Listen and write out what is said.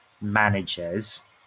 managers